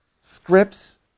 scripts